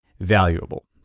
valuable